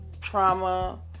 trauma